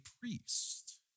priest